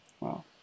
Wow